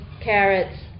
carrots